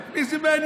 את מי זה מעניין?